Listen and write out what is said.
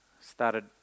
started